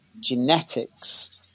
genetics